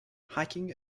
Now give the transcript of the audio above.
hiking